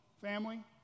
family